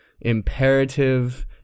imperative